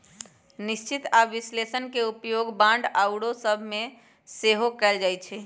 निश्चित आऽ विश्लेषण के उपयोग बांड आउरो सभ में सेहो कएल जाइ छइ